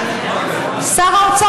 שר האוצר,